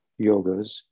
yogas